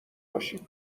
باشیم